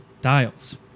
dials